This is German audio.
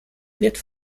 wird